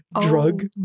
drug